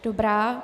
Dobrá.